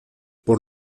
por